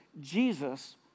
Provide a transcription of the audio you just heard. Jesus